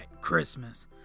Christmas